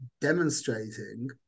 demonstrating